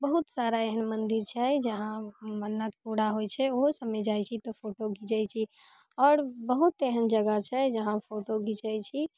बहुत सारा एहन मन्दिर छै जहाँ मन्नत पूरा होइ छै ओहो सबमे जाइ छी तऽ फोटो घीचै छी आओर बहुत एहन जगह छै जहाँ फोटो घीचै छी